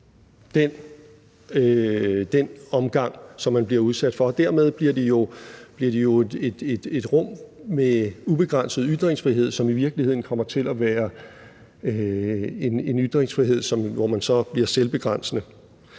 den omgang, som man bliver udsat for, og dermed bliver de jo et rum med ubegrænset ytringsfrihed, som i virkeligheden kommer til at være en ytringsfrihed, hvor man så bliver selvbegrænsende.